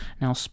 Now